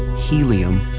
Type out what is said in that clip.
helium,